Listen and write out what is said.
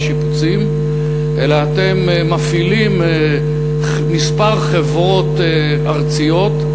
שיפוצים אלא אתם מפעילים כמה חברות ארציות.